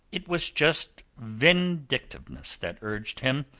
it was just vindictiveness that urged him.